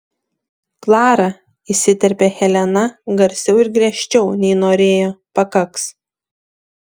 klara įsiterpia helena garsiau ir griežčiau nei norėjo pakaks